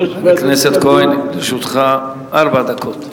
הכנסת כהן, לרשותך ארבע דקות.